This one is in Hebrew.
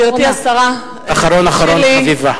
גברתי השרה, תרשי לי, אחרון אחרון חביבה.